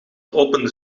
opende